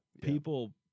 people